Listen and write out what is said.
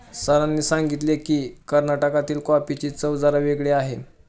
सरांनी सांगितले की, कर्नाटकातील कॉफीची चव जरा वेगळी आहे